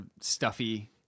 stuffy